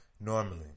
normally